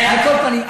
על כל פנים,